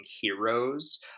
heroes